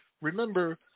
Remember